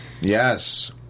yes